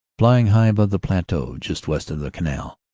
flying high above the plateau just west of the canal.